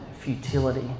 futility